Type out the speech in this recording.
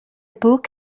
book